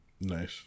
Nice